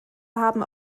haben